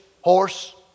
horse